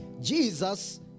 Jesus